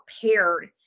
prepared